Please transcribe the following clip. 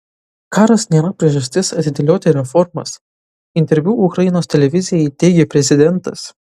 karas nėra priežastis atidėlioti reformas interviu ukrainos televizijai teigė prezidentas